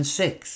six